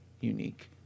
unique